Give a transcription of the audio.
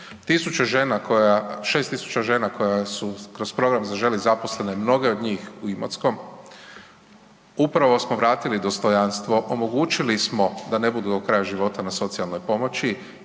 6.000 žena koja su kroz program Zaželi zaposlene mnoge od njih u Imotskom upravo smo vratili dostojanstvo, omogućili smo da ne budu do kraja život na socijalnoj pomoći